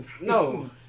no